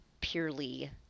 purely